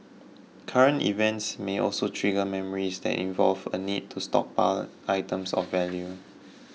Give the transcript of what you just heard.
current events may also trigger memories that involve a need to stockpile items of value